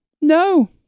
No